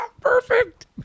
Perfect